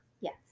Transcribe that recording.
Yes